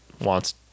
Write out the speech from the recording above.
wants